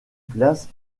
place